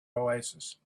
oasis